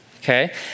Okay